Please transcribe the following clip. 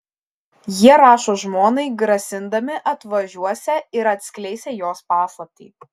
jie rašo žmonai grasindami atvažiuosią ir atskleisią jos paslaptį